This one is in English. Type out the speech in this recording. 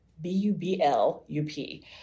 b-u-b-l-u-p